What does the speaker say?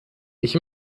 ich